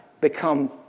become